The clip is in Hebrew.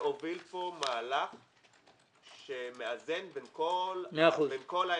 והוביל פה מהלך שמאזן בין כל העמדות.